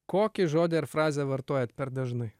kokį žodį ar frazę vartojat per dažnai